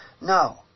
No